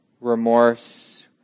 remorse